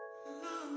Love